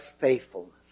faithfulness